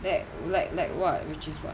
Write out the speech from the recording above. that like like what which is what